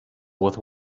with